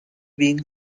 being